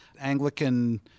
Anglican